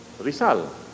Rizal